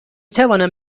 توانم